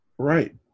Right